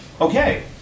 Okay